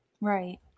Right